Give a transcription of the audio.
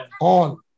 on